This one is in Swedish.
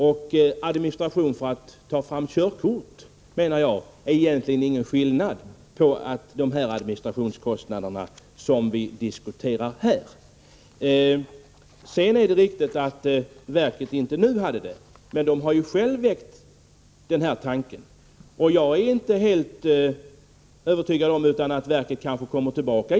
Och jag menar att det egentligen inte är någon skillnad mellan de administrationskostnader som vi diskuterar här och administrationskostnaderna för att ta fram körkort. Det är riktigt att trafiksäkerhetsverket inte nu föreslår en avgiftsfinansiering, men verket har självt väckt den tanken. Jag är inte heller övertygad om att inte trafiksäkerhetsverket kanske kommer tillbaka.